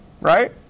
right